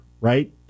right